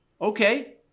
okay